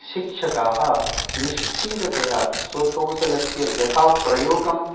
शिक्षकाः निश्चिततया स्वकौशलस्य यथा प्रयोगम्